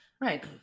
Right